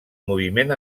moviment